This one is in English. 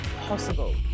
possible